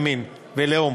מין ולאום.